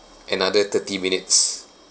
another thirty minutes